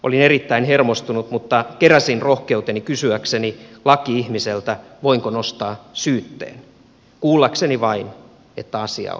olin erittäin hermostunut mutta keräsin rohkeuteni kysyäkseni laki ihmiseltä voinko nostaa syytteen kuullakseni vain että asia on vanhentunut